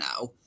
now